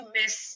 miss